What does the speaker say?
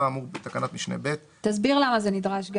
האמור בתקנת משנה (ב))"; תסביר למה זה נדרש.